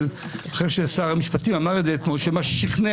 אבל אחרי ששר המשפטים אמר את זה אתמול שמה ששכנע